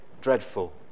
dreadful